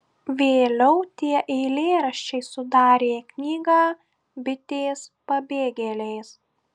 vėliau tie eilėraščiai sudarė knygą bitės pabėgėlės